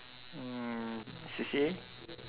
mm C_C_A